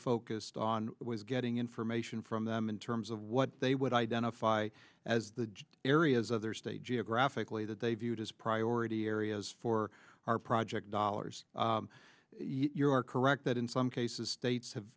focused on was getting information from them in terms of what they would identify as the areas of their state geographically that they viewed as priority areas for our project dollars you are correct that in some cases states have